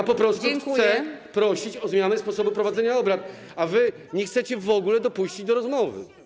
Ja po prostu chcę prosić o zmianę sposobu prowadzenia obrad, a wy nie chcecie w ogóle dopuścić do rozmowy.